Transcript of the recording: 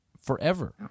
Forever